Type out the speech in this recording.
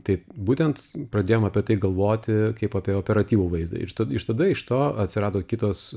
taip būtent pradėjom apie tai galvoti kaip apie operatyvų vaizdą iš to iš tada iš to atsirado kitos